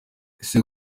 ese